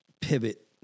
pivot